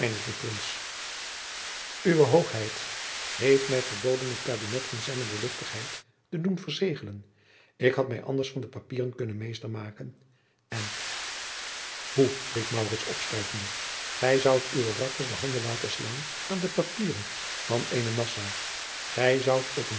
uwe hoogheid heeft mij verboden het kabinet van zijne doorluchtigheid te doen verzegelen ik had mij anders van de papieren kunnen meester maken en hoe riep maurits opstuivende gij zoudt jacob van lennep de pleegzoon uwe rakkers de handen laten slaan aan de papieren van eenen nassau gij zoudt op